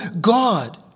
God